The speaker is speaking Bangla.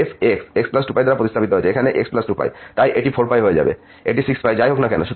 এখানে f x2π দ্বারা প্রতিস্থাপিত হয়েছে এখানেও x2π তাই এটি 4π হয়ে যাবে এটি 6π যাই হোক না কেন